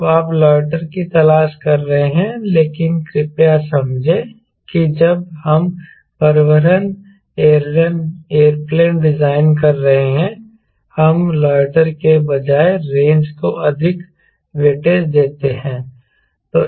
जब आप लॉइटर की तलाश कर रहे हैं लेकिन कृपया समझें कि जब हम परिवहन एयरप्लेन डिज़ाइन कर रहे हैं हम लॉइटर के बजाय रेंज को अधिक वेटेज देते हैं